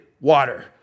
water